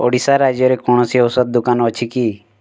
ଓଡ଼ିଶା ରାଜ୍ୟରେ କୌଣସି ଔଷଧ ଦୋକାନ ଅଛି କି